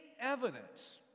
evidence